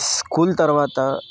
school తర్వాత